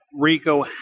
Rico